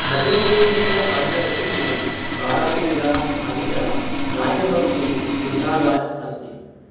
मध्यप्रदेशस्य राज्यपशुः बारासिङ्गा अपि च राज्यपक्षी दुधाराज् अस्ति